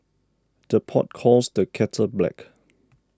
the pot calls the kettle black